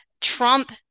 Trump